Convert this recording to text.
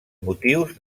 motius